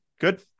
Good